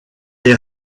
est